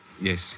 Yes